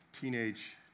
teenage